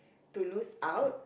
to lose out